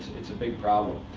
it's a big problem.